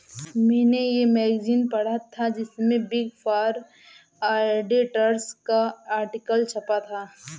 मेने ये मैगज़ीन पढ़ा था जिसमे बिग फॉर ऑडिटर्स का आर्टिकल छपा था